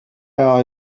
are